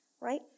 right